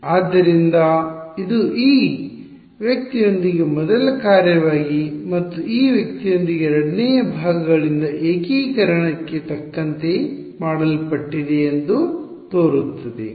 ಆದ್ದರಿಂದ ಇದು ಈ ವ್ಯಕ್ತಿಯೊಂದಿಗೆ ಮೊದಲ ಕಾರ್ಯವಾಗಿ ಮತ್ತು ಈ ವ್ಯಕ್ತಿಯೊಂದಿಗೆ ಎರಡನೆಯದಾಗಿ ಭಾಗಗಳಿಂದ ಏಕೀಕರಣಕ್ಕೆ ತಕ್ಕಂತೆ ಮಾಡಲ್ಪಟ್ಟಿದೆ ಎಂದು ತೋರುತ್ತದೆ